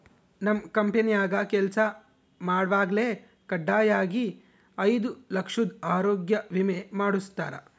ನಮ್ ಕಂಪೆನ್ಯಾಗ ಕೆಲ್ಸ ಮಾಡ್ವಾಗೆಲ್ಲ ಖಡ್ಡಾಯಾಗಿ ಐದು ಲಕ್ಷುದ್ ಆರೋಗ್ಯ ವಿಮೆ ಮಾಡುಸ್ತಾರ